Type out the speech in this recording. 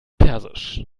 persisch